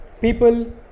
people